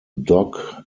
dock